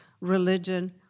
religion